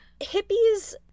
hippies